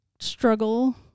struggle